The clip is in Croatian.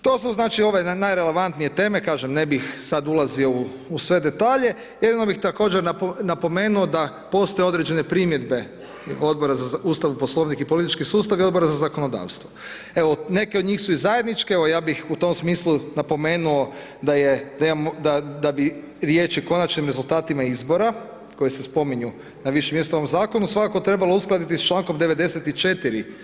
To su znači ovaj najrelevantnije teme, kažem ne bih sad ulazio u sve detalje, jedino bih također napomenuo da postoje određene primjedbe Odbora za Ustav i Poslovnik i politički sustav i Odbora za zakonodavstvo, evo neke od njih su i zajedničke, evo ja bih u tom smislu napomenuo da je, da imamo, da bi riječi konačnim rezultatima izbora koji se spominju na više mjesta u ovom Zakonu, svakako trebalo uskladiti sa člankom 94.